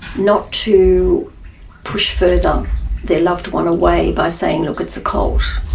not to push further their loved-one away by saying look it's a cult,